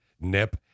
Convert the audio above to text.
nip